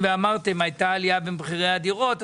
עליית מחירי הנדל"ן.